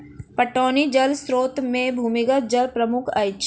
पटौनी जल स्रोत मे भूमिगत जल प्रमुख अछि